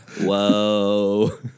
Whoa